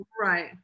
Right